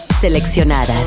seleccionadas